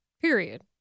period